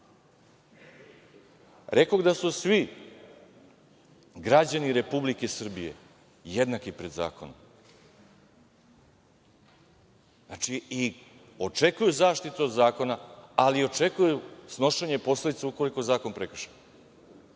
Rekoh da su svi građani Republike Srbije jednaki pred zakonom, znači i očekuju zaštitu od zakona, ali i očekuju snošenje posledica, ukoliko zakon prekrše. Tako